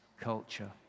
culture